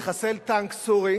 לחסל טנק סורי